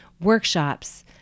workshops